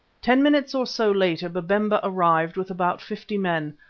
ten minutes or so later babemba arrived with about fifty men,